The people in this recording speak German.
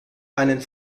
einen